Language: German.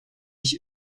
ich